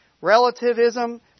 Relativism